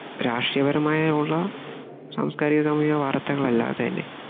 രാഷ്ട്രീയപരമായ ഉള്ള സാംസ്കാരിക സാമൂഹിക വാർത്തകളല്ലാതെ തന്നെ